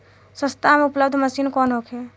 सस्ता में उपलब्ध मशीन कौन होखे?